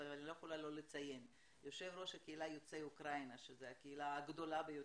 אבל אני לא יכולה שלא לציין אותו שזו הקהילה הגדולה ביותר.